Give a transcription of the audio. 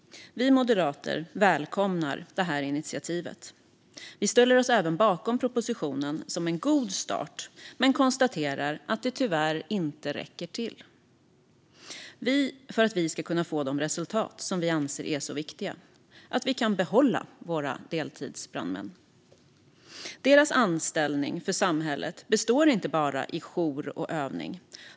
Vi moderater välkomnar initiativet. Vi ställer oss även bakom propositionen som en god start men konstaterar att det här tyvärr inte räcker till för att vi ska få de resultat som vi anser är så viktiga: att vi kan behålla våra deltidsbrandmän. Undantag för deltids-brandmän vid beräk-ning av arbetslöshets-ersättning Deras anställning för samhället består inte bara i jour och övning.